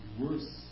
worse